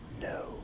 No